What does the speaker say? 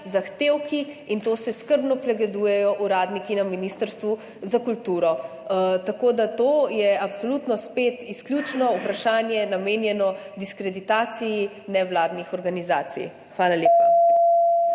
zahtevki in to skrbno pregledujejo uradniki na Ministrstvu za kulturo. Tako da to je absolutno spet izključno vprašanje, namenjeno diskreditaciji nevladnih organizacij. Hvala lepa.